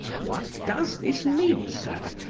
what does this mean, sir?